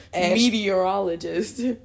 meteorologist